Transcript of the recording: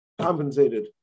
compensated